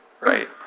right